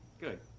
Good